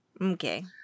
Okay